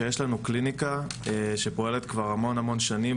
שיש לנו קליניקה שפועלת כבר המון שנים.